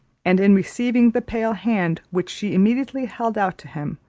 and in receiving the pale hand which she immediately held out to him,